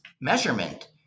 measurement